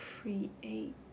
create